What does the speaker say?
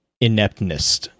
ineptness